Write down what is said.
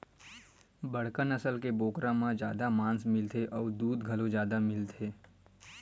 बड़का नसल के बोकरा म जादा मांस मिलथे अउ दूद घलो जादा मिलथे